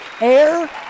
air